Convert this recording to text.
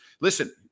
Listen